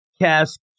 cast